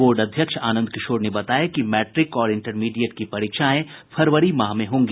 board के अध्यक्ष आनंद किशोर ने बताया कि मैट्रिक और इंटर की परीक्षा फरवरी महीने में होगी